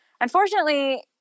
Unfortunately